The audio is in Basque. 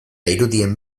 irudien